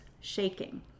shaking